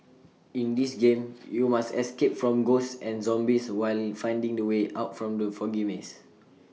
in this game you must escape from ghosts and zombies while finding the way out from the foggy maze